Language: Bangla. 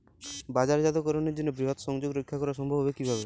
বাজারজাতকরণের জন্য বৃহৎ সংযোগ রক্ষা করা সম্ভব হবে কিভাবে?